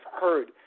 heard